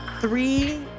three